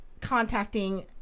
contacting